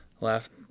left